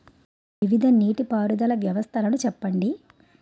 వివిధ నీటి పారుదల వ్యవస్థలను చెప్పండి?